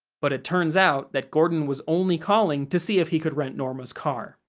but it turns out that gordon was only calling to see if he could rent norma's car.